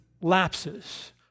lapses